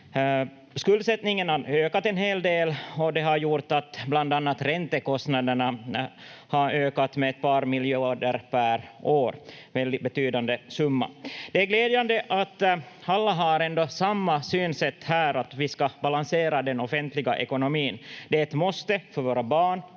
Skuldsättningen har ökat en hel del och det har gjort att bland annat räntekostnaderna har ökat med ett par miljarder per år, en väldigt betydande summa. Det är glädjande att alla ändå har samma synsätt här, att vi ska balansera den offentliga ekonomin. Det är ett måste för våra barns